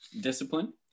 discipline